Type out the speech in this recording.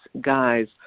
guys